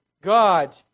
God